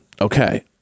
okay